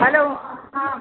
hello हां